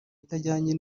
itajyanye